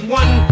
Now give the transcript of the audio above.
one